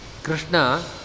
Krishna